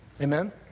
Amen